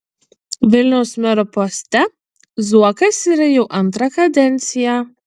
vilniaus mero poste zuokas yra jau antrą kadenciją